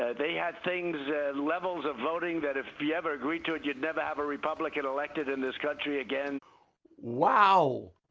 ah they had things that levels of voting that, if you ever agreed to it, you'd never have a republican elected in this country again. stephen wow!